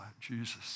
Jesus